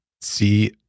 see